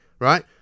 right